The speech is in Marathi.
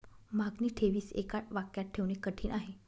मागणी ठेवीस एका वाक्यात ठेवणे कठीण आहे